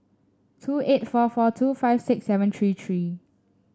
two eight four four two five six seven three three